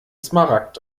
smaragd